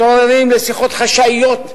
אנחנו מתעוררים לשיחות חשאיות,